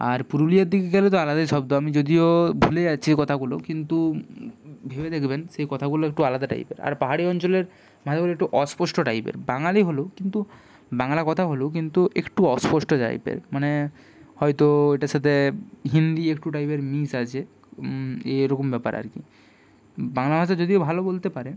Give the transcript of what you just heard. আর পুরুলিয়ার দিকে গেলে তো আলাদাই শব্দ আমি যদিও ভুলে যাচ্ছি কথাগুলো কিন্তু ভেবে দেখবেন সেই কথাগুলো একটু আলাদা টাইপের আর পাহাড়ি অঞ্চলের ভাষাগুলি একটু অস্পষ্ট টাইপের বাঙালি হলেও কিন্তু বাংলা কথা হলেও কিন্তু একটু অস্পষ্ট টাইপের মানে হয়তো এটার সাথে হিন্দি একটু টাইপের মিশ আছে এরকম ব্যাপার আর কী বাংলা ভাষা যদিও ভালো বলতে পারেন